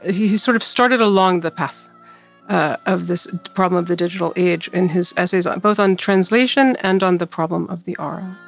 he, sort of, started along the path ah of this problem of the digital age in his essays, both on translation and on the problem of the aura.